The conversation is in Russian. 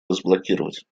разблокировать